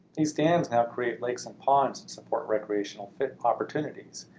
these dams now create lakes and ponds and support recreational opportunities.